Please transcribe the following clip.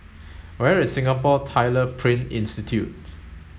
where is Singapore Tyler Print Institute